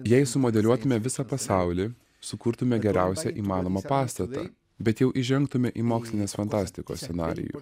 jei sumodeliuotume visą pasaulį sukurtume geriausią įmanomą pastatą bet jau įžengtume į mokslinės fantastikos scenarijų